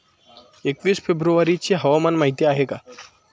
एकवीस फेब्रुवारीची हवामान माहिती आहे का?